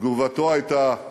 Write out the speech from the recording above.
תגובתו הייתה,